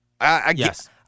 Yes